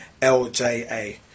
LJA